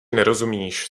nerozumíš